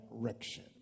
direction